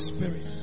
Spirit